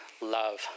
love